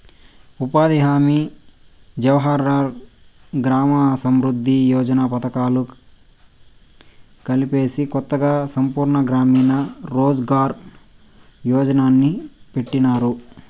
ఉపాధి హామీ జవహర్ గ్రామ సమృద్ది యోజన పథకాలు కలిపేసి కొత్తగా సంపూర్ణ గ్రామీణ రోజ్ ఘార్ యోజన్ని పెట్టినారు